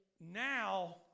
now